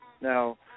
Now